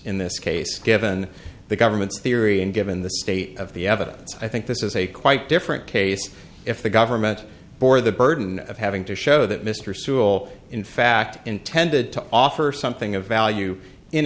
in this case given the government's theory and given the state of the evidence i think this is a quite different case if the government bore the burden of having to show that mr sewell in fact intended to offer something of value in